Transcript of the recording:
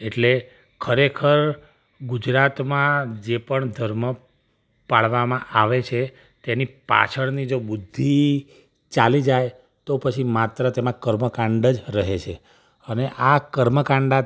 એટલે ખરેખર ગુજરાતમાં જે પણ ધર્મ પાળવામાં આવે છે તેની પાછળની જો બુદ્ધિ ચાલી જાય તો પછી માત્ર તેમાં કર્મકાંડ જ રહે છે અને આ કર્મ કાંડાત